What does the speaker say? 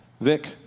Vic